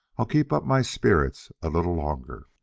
i'll keep up my spirits a little longer.